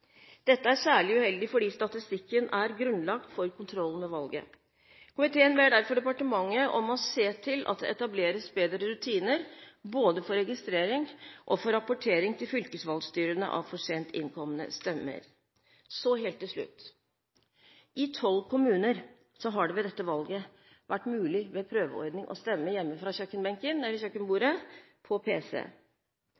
Dette er særlig uheldig fordi statistikken er grunnlag for kontrollen med valget. Komiteen ber derfor departementet om å se til at det etableres bedre rutiner, både for registrering og for rapportering til fylkesvalgstyrene av for sent innkomne stemmer. Så helt til slutt: I tolv kommuner har det ved dette valget ved prøveordning vært mulig å stemme hjemme fra